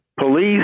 police